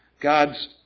God's